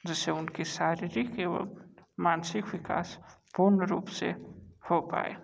जिससे उनके शारीरिक एवं मानसिक विकास पूर्ण रूप से हो पाए